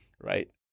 right